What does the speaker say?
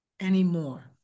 anymore